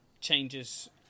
changes